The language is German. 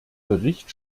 bericht